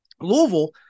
Louisville